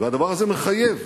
והדבר הזה מחייב,